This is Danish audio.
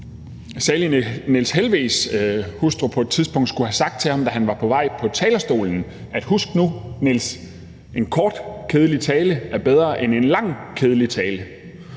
salig Niels Helveg Petersens hustru på et tidspunkt skulle have sagt til ham, da han var på vej på talerstolen: Husk nu, Niels, en kort kedelig tale er bedre end en lang kedelig tale.